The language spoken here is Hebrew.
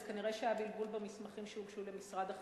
אז כנראה היה בלבול במסמכים שהוגשו למשרד החינוך,